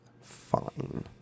fine